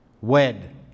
wed